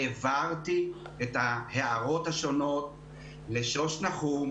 העברתי את ההערות השונות לשוש נחום,